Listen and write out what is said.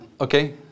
Okay